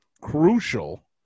crucial